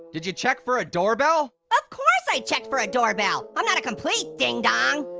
did you check for a doorbell? of course i checked for a doorbell. i'm not a complete ding-dong.